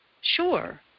Sure